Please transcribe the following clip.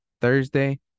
Thursday